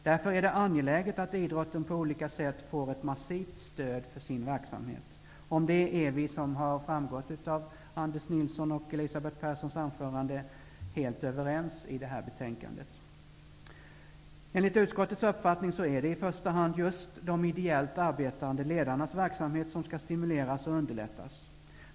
Därför är det angeläget att idrotten på olika sätt får ett massivt stöd för sin verksamhet. Vi är helt överens om det i betänkandet. Det har framgått av Anders Nilssons och Elisabeth Perssons anföranden. Enligt utskottets uppfattning är det i första hand just de ideellt arbetande ledarnas verksamhet som skall stimuleras och underlättas.